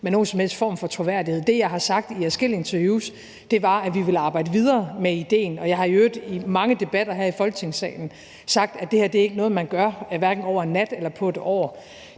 med nogen som helst form for troværdighed. Det, jeg har sagt i adskillige interviews, er, at vi ville arbejde videre med idéen, og jeg har i øvrigt i mange debatter her i Folketingssalen sagt, at det her ikke er noget, man gør over hverken en nat eller på et år.